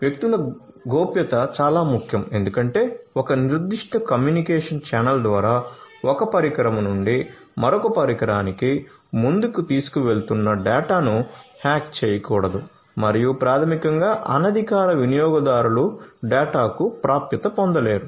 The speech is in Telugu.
వ్యక్తుల గోప్యత చాలా ముఖ్యం ఎందుకంటే ఒక నిర్దిష్ట కమ్యూనికేషన్ ఛానల్ ద్వారా ఒక పరికరం నుండి మరొక పరికరానికి ముందుకు తీసుకువెళుతున్న డేటాను హ్యాక్ చేయకూడదు మరియు ప్రాథమికంగా అనధికార వినియోగదారులు డేటాకు ప్రాప్యత పొందలేరు